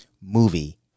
movie